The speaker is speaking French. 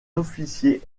officier